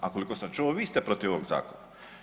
A koliko sam čuo vi ste protiv ovog zakona.